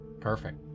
Perfect